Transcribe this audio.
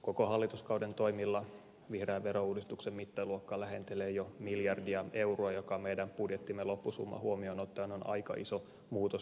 koko hallituskauden toimilla vihreän verouudistuksen mittaluokka lähentelee jo miljardia euroa mikä meidän budjettimme loppusumma huomioon ottaen on aika iso muutos neljän vuoden sisällä